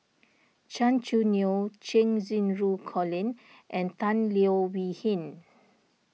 Gan Choo Neo Cheng Xinru Colin and Tan Leo Wee Hin